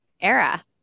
era